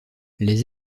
les